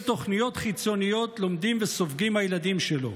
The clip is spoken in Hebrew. תוכניות חיצוניות לומדים וסופגים הילדים שלו.